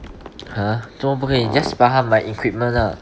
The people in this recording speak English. !huh! 做么不可以你 just 帮她买 equipment lah